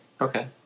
Okay